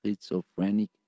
schizophrenic